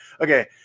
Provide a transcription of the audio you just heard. okay